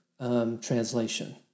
translation